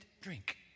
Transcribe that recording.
drink